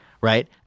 right –